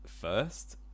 first